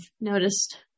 noticed